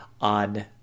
on